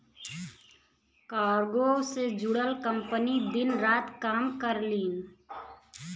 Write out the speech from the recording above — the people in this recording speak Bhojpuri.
कार्गो से जुड़ल कंपनी दिन रात काम करलीन